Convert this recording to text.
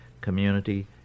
community